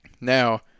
Now